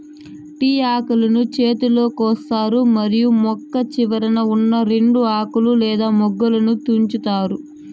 tea ఆకులను చేతితో కోస్తారు మరియు మొక్క చివరన ఉన్నా రెండు ఆకులు లేదా మొగ్గలను తుంచుతారు